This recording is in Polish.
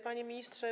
Panie Ministrze!